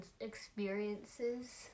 experiences